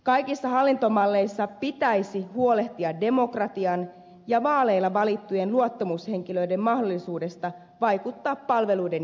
kaikissa hallintomalleissa pitäisi huolehtia demokratian ja vaaleilla valittujen luottamushenkilöiden mahdollisuudesta vaikuttaa palveluiden järjestämiseen